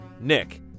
Nick